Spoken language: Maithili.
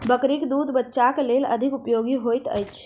बकरीक दूध बच्चाक लेल अधिक उपयोगी होइत अछि